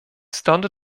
stąd